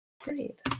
Great